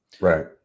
right